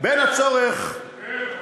בין הצורך, כן,